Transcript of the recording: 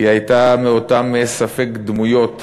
היא הייתה מאותן ספק-דמויות